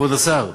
כבוד השר,